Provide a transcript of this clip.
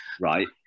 Right